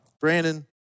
Brandon